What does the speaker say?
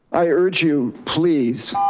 i urge you, please